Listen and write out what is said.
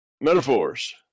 metaphors